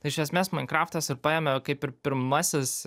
tai iš esmės mainkraftas ir paėmė kaip ir pirmasis